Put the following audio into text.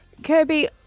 Kirby